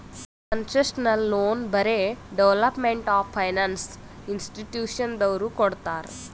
concessional loan ಬರೇ development of finance ಇನ್ಸ್ಟಿಟ್ಯೂಷನದವ್ರು ಕೊಡ್ತಾರ್